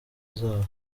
zabo